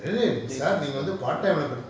err sir நீங்க:saar neenga part time leh படிச்~:padich~